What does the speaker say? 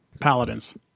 Paladins